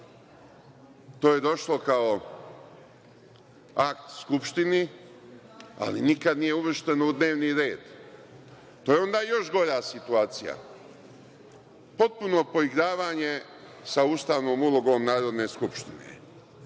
To je došlo kao akt Skupštini, ali nikad nije uvršteno u dnevni red. To je onda još gora situacija, potpuno poigravanje sa ustavnom ulogom Narodne skupštine.